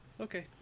Okay